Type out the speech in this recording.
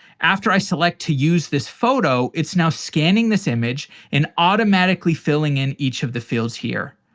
after i select to use this photo, it's now scanning this image and automatically filling in each of the fields here.